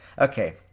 Okay